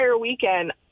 weekend